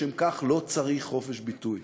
לשם כך לא צריך חופש ביטוי.